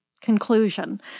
conclusion